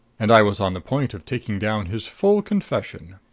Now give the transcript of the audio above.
and i was on the point of taking down his full confession.